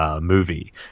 movie